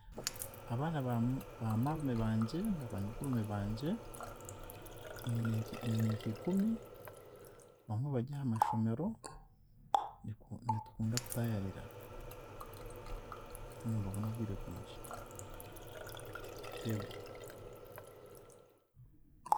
Abaana ba- bamarumi bangye naba nyokoromi bangye nyine nki- nyine nkikumi, bamwe baryahamashomero, nitu nitukunda kutaayaayirana, nimbaboona obwire bwingi, eego.